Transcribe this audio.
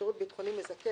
בשירות ביטחוני מזכה,